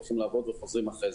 הולכים לעבוד ואחר כך חוזרים.